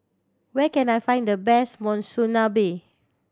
where can I find the best Monsunabe